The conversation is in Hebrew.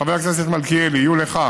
חבר הכנסת מלכיאלי, יהיו לך הערות,